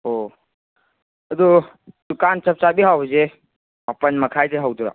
ꯑꯣ ꯑꯗꯣ ꯗꯨꯀꯥꯟ ꯆꯞ ꯆꯥꯕꯤ ꯍꯧꯕꯁꯦ ꯃꯥꯄꯟ ꯃꯈꯥꯏꯗꯒꯤ ꯍꯧꯒꯗꯣꯏꯔꯣ